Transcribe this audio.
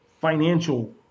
financial